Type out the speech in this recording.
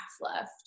left